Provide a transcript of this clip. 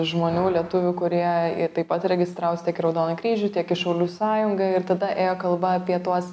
žmonių lietuvių kurie taip pat registravosi tiek į raudoną kryžių tiek į šaulių sąjungą ir tada ėjo kalba apie tuos